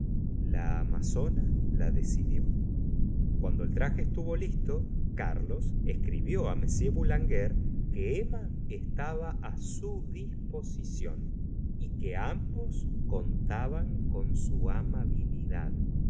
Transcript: la amazona la decidió cuando el traje estuvo listo carlos escribió m boulanger que emma estaba a su disposición y que ambos cantaban con su amabilidad